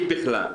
אם בכלל.